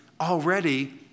Already